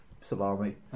salami